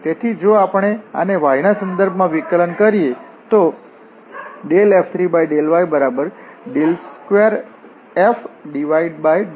તેથી જો આપણે આને y ના સંદર્ભમાં વિકલન કરીયે તો F3∂y2f∂y∂z